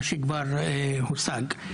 את מה שכבר הושג,